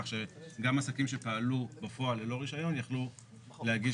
כך שגם עסקים שפעלו בפועל ללא רישיון יכלו להגיש